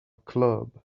club